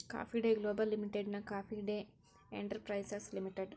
coffee Day Global ಲಿಮಿಟೆಡ್ನ Coffee Day Enterprises limited